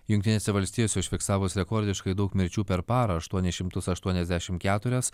jungtinėse valstijose užfiksavus rekordiškai daug mirčių per parą aštuonis šimtus aštuoniasdešimt keturias